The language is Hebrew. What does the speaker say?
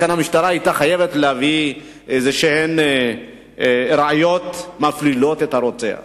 לכן המשטרה היתה חייבת להביא ראיות כלשהן המפלילות את הרוצח.